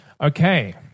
Okay